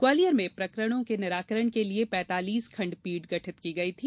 ग्वालियर में प्रकरणों के निराकरण के लिए पैतालीस खण्डपीठ गठित की गई थी